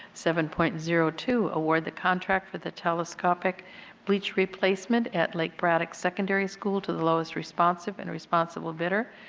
seven point zero two, award the contract for the telescopic bleacher replacement at lake braddock secondary school to the lowest responsive and responsible bidder.